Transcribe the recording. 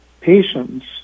patients